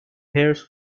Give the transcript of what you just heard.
pears